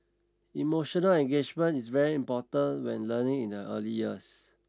emotional engagement is very important when learning in the early years